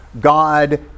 God